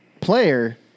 player